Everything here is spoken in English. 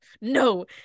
No